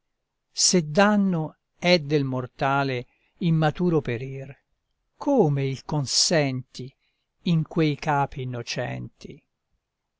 se danno è del mortale immaturo perir come il consenti in quei capi innocenti